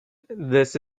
this